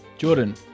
Jordan